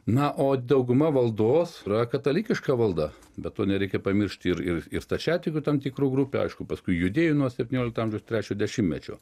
na o dauguma valdos yra katalikiška valda be to nereikia pamiršti ir ir stačiatikių tam tikrų grupių aišku paskui judėjų nuo septyniolikto amžiaus trečio dešimtmečio